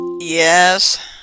Yes